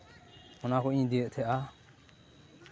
ᱚᱱᱟ ᱠᱚᱧ ᱤᱫᱤᱭᱮᱫ ᱛᱟᱦᱮᱸᱜᱼᱟ